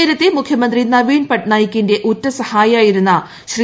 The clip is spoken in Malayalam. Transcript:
നേരത്തെ മുഖ്യമന്ത്രി നവീൻ പട്നായിക്കിന്റെ ഉറ്റ സഹായിയായിരുന്ന ശ്രീ